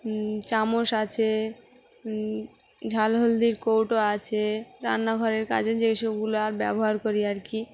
চামচ আছে ঝাল হলদির কৌটো আছে রান্নাঘরের কাজে যেই সবগুলো আর ব্যবহার করি আর কি